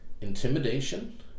intimidation